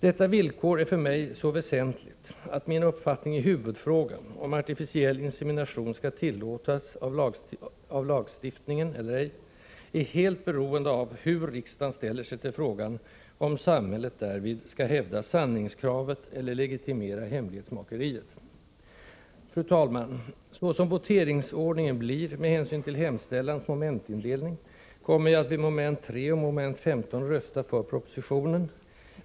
Detta villkor är för mig så väsentligt att min uppfattning i huvudfrågan, om artificiell insemination skall tillåtas av lagstiftningen eller ej, är helt beroende av hur riksdagen ställer sig till frågan om samhället därvid skall hävda sanningskravet eller legitimera hemlighetsmakeriet. Fru talman! Så som voteringsordningen blir med hänsyn till hemställans momentindelning, kommer jag att vid mom. 3 och mom. 15 rösta för propositionen.